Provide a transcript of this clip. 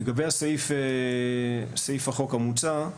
לגבי סעיף החוק המוצע,